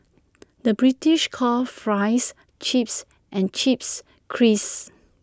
the British calls Fries Chips and Chips Crisps